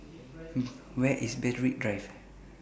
Where IS Berwick Drive